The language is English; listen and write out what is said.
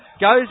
Goes